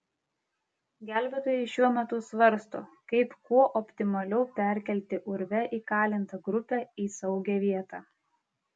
gelbėtojai šiuo metu svarsto kaip kuo optimaliau perkelti urve įkalintą grupę į saugią vietą